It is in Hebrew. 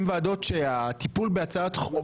של טיפול בהצעות חוק,